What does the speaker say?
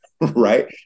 right